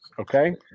Okay